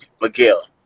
Miguel